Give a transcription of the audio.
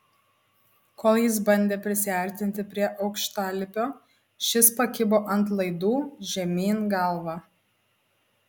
kol jis bandė prisiartinti prie aukštalipio šis pakibo ant laidų žemyn galva